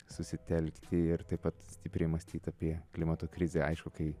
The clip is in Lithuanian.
susitelkti ir taip pat stipriai mąstyt apie klimato krizę aišku kai